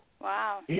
Wow